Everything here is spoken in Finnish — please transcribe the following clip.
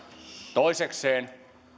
toisekseen